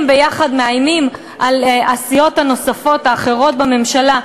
הם יחד מאיימים על הסיעות הנוספות, האחרות בממשלה.